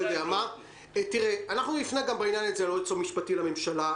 אנחנו נפנה בעניין הזה גם ליועץ המשפטי לממשלה.